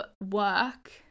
work